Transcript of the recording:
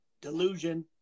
delusion